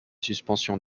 suspension